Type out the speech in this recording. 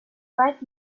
bright